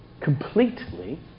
completely